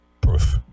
Proof